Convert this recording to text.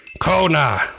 Kona